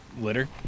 litter